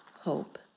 hope